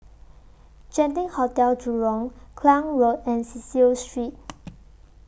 Genting Hotel Jurong Klang Road and Cecil Street